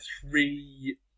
three